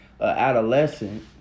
adolescent